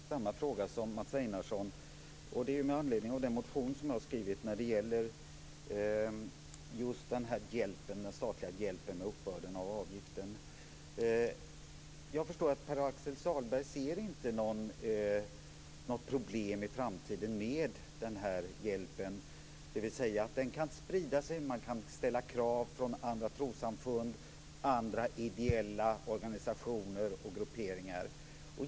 Fru talman! Jag har egentligen samma fråga som Mats Einarsson med anledning av den motion som jag skrivit när det gäller den statliga hjälpen med uppbörden av avgiften. Jag förstår att Pär Axel Sahlberg inte ser något problem i framtiden med den hjälpen, dvs. att den kan sprida sig, att man kan ställa krav från andra trossamfund och ideella organisationer och grupperingar.